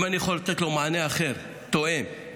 אם אני יכול לתת לו מענה אחר, תואם,